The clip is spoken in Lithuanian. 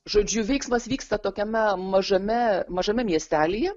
žodžiu veiksmas vyksta tokiame mažame mažame miestelyje